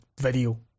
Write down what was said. video